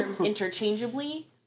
interchangeably